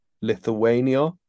lithuania